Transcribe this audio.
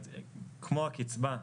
כשדובר על ההצעה הזאת,